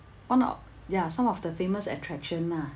on o~ ya some of the famous attraction ah